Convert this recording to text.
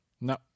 No